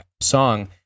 song